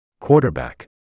Quarterback